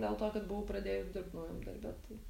dėl to kad buvau pradėjus dirbt naujam darbe tai